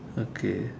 okay